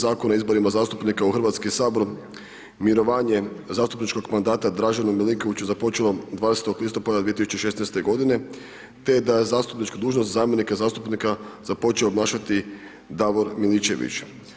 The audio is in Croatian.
Zakona o izborima zastupnika u Hrvatski sabor mirovanje zastupničkog mandata Draženu Milinoviću započelo 20. listopada 2016. godine te da je zastupničku dužnost zamjenika zastupnika započeo obnašati Davor Miličević.